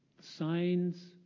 Signs